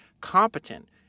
competent